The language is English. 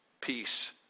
peace